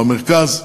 במרכז,